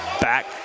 Back